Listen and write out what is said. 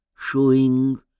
Showing